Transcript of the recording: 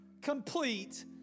complete